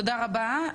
תודה רבה.